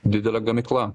didelė gamykla